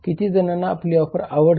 किती जणांना आपली ऑफर आवडते